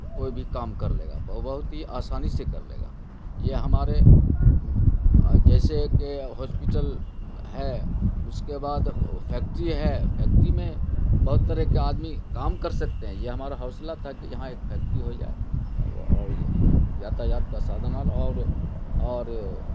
کوئی بھی کا م کر لے گا بہت ہی آسانی سے کر لے گا یہ ہمارے جیسے کہ ہاسپیٹل ہے اس کے بعد فیکٹری ہے فیکٹری میں بہت طرح کے آدمی کام کر سکتے ہیں یہ ہمارا حوصلہ تھا کہ یہاں ایک فیکٹری ہو جائے اور یاتایات کا سادھنل اور اور